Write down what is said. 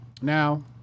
Now